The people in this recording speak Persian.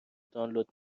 دانلود